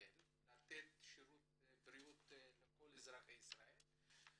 כדי לתת שירות בריאות לכל אזרחי ישראל,